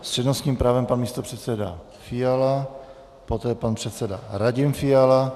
S přednostním právem pan místopředseda Fiala, poté pan předseda Radim Fiala.